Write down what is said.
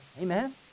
Amen